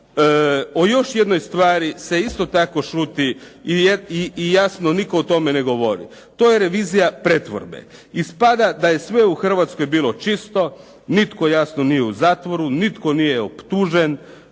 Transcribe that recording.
O još jednoj stvari se isto tako šuti i jasno nitko o tome ne govori. To je revizija pretvorbe. Ispada da je sve u Hrvatskoj bilo čisto, nitko jasno nije u zatvoru, nitko nije optužen,